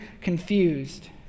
confused